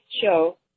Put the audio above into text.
show